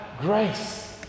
grace